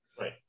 right